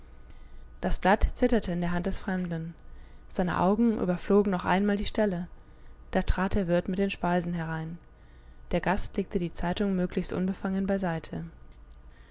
das blatt zitterte in der hand des fremden seine augen überflogen noch einmal die stelle da trat der wirt mit den speisen herein der gast legte die zeitung möglichst unbefangen beiseite